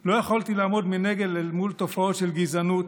לא יכולתי לעמוד מנגד אל מול תופעות של גזענות,